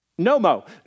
Nomo